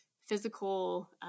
physical